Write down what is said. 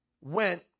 went